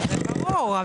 ברור,